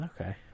Okay